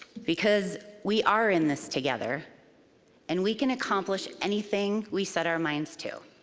because we are in this together and we can accomplish anything we set our minds to.